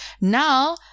now